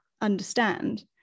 understand